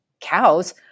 cows